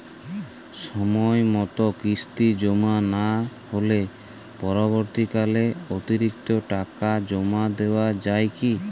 সময় মতো কিস্তি জমা না হলে পরবর্তীকালে অতিরিক্ত টাকা জমা দেওয়া য়ায় কি?